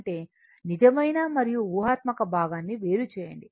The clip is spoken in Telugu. అంటే నిజమైన మరియు ఊహాత్మక భాగాన్ని వేరు చేయండి